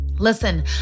Listen